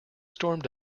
stormed